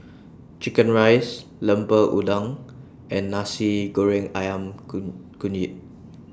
Chicken Rice Lemper Udang and Nasi Goreng Ayam Kunyit